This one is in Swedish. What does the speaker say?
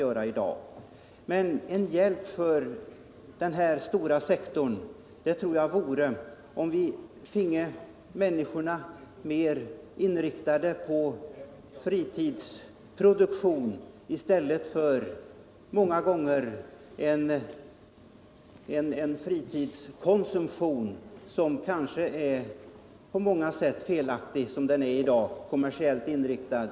En hjälp = Fritidspolitiken för den stora fritidssektorn tror jag vore om vi finge människorna mer självverksamma och mer inriktade på fritidsproduktion i stället för den fritidskonsumtion som i dag ofta är mycket kommersiellt inriktad.